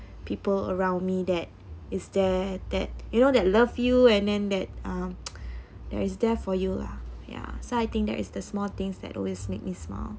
people around me that is there that you know that love you and then that um there is there for you lah ya so I think that is the small things that always makes me smile